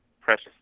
Precious